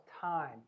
time